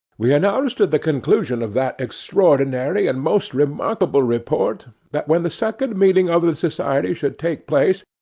we announced at the conclusion of that extraordinary and most remarkable report, that when the second meeting of the society should take place,